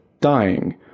dying